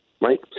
right